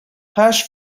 hash